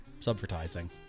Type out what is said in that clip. subvertising